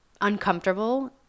uncomfortable